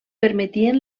permetien